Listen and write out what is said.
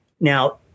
Now